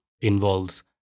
involves